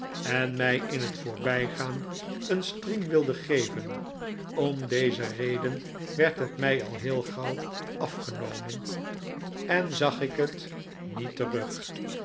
en mij in het voorbijgaan een striem wilde geven om deze reden werd het mij al heel gauw afgenomen en zag ik het niet terug